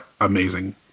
amazing